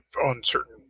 uncertain